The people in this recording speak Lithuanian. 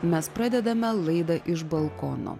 mes pradedame laidą iš balkono